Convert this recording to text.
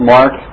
Mark